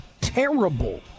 terrible